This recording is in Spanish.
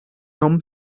tom